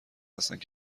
هستند